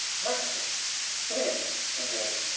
merchant ships civilian ships in the area.